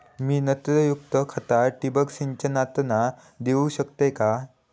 मी नत्रयुक्त खता ठिबक सिंचनातना देऊ शकतय काय?